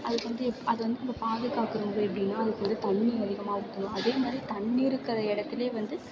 அதுக்கு வந்து அது வந்து நம்ம பாதுக்கிறவங்க எப்படின்னா அதுக்கு வந்து தண்ணி அதிகமாக ஊற்றணும் அதே மாதிரி தண்ணி இருக்கிற இடத்துலே வந்து